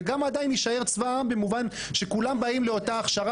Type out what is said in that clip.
וגם עדיין נישאר צבא העם במובן הזה שכולם באים לאותה הכשרה